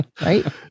Right